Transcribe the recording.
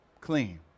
clean